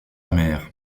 mère